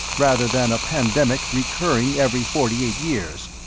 rather than a pandemic recurring every forty eight years.